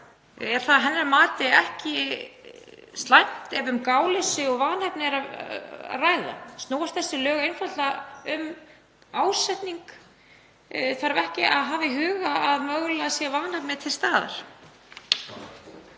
Er það að hennar mati ekki slæmt ef um gáleysi og vanhæfni er að ræða? Snúast þessi lög einfaldlega um ásetning? Þarf ekki að hafa í huga að mögulega sé vanhæfni til staðar?